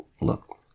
look